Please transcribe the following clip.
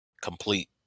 Complete